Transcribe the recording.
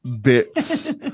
bits